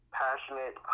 passionate